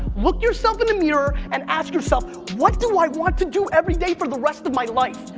look yourself in the mirror and ask yourself, what do i want to do every day for the rest of my life?